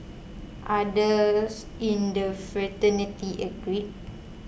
others in the fraternity agreed